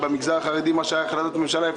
אם שר התחבורה אומר שדה פקטו העלות של המשרד שלו היא